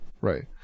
Right